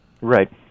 Right